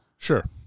Sure